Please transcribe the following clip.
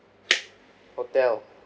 hotel